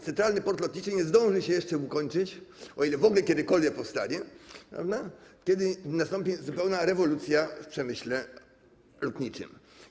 Centralny port lotniczy nie zdąży się jeszcze ukończyć, o ile w ogóle kiedykolwiek powstanie, kiedy nastąpi zupełna rewolucja w przemyśle lotniczym.